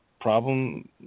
problem